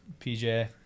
PJ